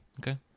okay